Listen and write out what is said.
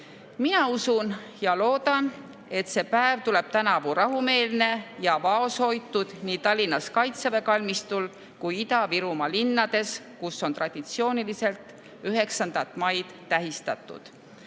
Mina usun ja loodan, et see päev tuleb tänavu rahumeelne ja vaoshoitud nii Tallinnas Kaitseväe kalmistul kui ka Ida-Virumaa linnades, kus on traditsiooniliselt 9. maid tähistatud.